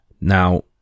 Now